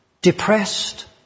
depressed